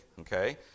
Okay